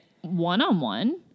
one-on-one